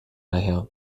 daher